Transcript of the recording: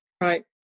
Right